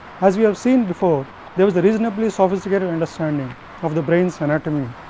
as we have seen before there was a reasonably sophisticated understanding of the brains anatomy,